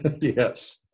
Yes